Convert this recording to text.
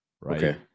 right